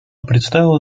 представила